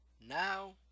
Now